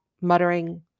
muttering